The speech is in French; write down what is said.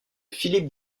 philippe